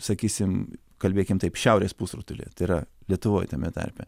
sakysim kalbėkim taip šiaurės pusrutuly tai yra lietuvoj tame tarpe